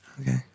Okay